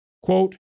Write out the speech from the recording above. Quote